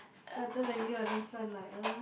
better than you I don't spend like